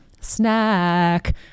snack